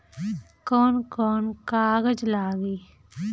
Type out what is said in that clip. कौन कौन कागज लागी?